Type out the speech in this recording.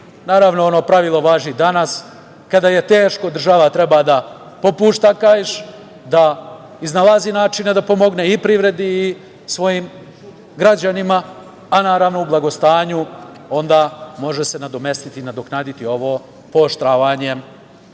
naravno ono pravilo važi i danas, kada je teško, država treba da popušta kaiš, da iznalazi načine da pomogne i privredi i svojim građanima, a naravno u blagostanju onda se može nadomestiti i nadoknaditi ovo pooštravanje